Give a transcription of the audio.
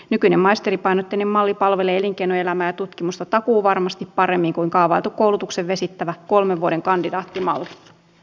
nykyinen maisteripainotteinen malli palvelee elinkeinoelämää ja tutkimusta takuuvarmasti paremmin kuin kaavailtu koulutuksen vesittävä kolmen vuoden kandidaattimalli